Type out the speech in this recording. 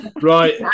right